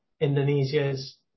Indonesia's